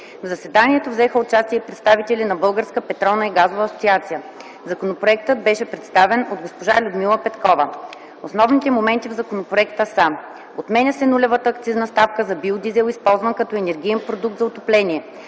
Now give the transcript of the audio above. В заседанието взеха участие и представители на Българска петролна и газова асоциация. Законопроектът беше представен от госпожа Людмила Петкова. Основните моменти в законопроекта са: – отменя се нулевата акцизна ставка за биодизел, използван като енергиен продукт за отопление;